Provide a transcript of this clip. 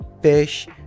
fish